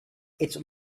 its